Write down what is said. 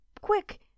quick